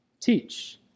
teach